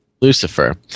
Lucifer